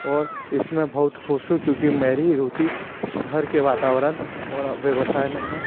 और इस में भहुत ख़ुश हूँ क्योंकि मेरी रुचि शहर के वातावरण और व्यवसाय में है